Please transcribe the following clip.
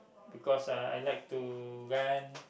because ah I like to run